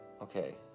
Okay